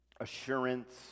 assurance